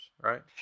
right